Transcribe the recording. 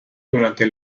durante